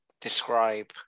describe